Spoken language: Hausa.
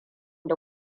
da